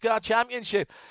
Championship